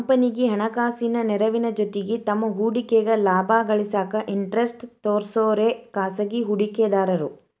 ಕಂಪನಿಗಿ ಹಣಕಾಸಿನ ನೆರವಿನ ಜೊತಿಗಿ ತಮ್ಮ್ ಹೂಡಿಕೆಗ ಲಾಭ ಗಳಿಸಾಕ ಇಂಟರೆಸ್ಟ್ ತೋರ್ಸೋರೆ ಖಾಸಗಿ ಹೂಡಿಕೆದಾರು